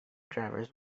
drivers